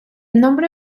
nombre